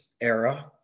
era